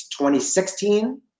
2016